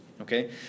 Okay